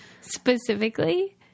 Specifically